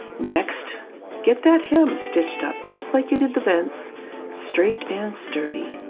next get that hem stitched up just like you did the vents straight and sturdy.